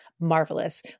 marvelous